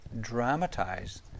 dramatize